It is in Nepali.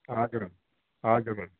हजुर हजुर